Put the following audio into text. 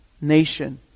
nation